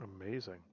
Amazing